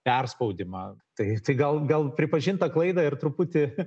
perspaudimą tai gal gal pripažintą klaidą ir truputį